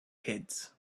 kids